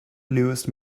newest